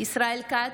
ישראל כץ,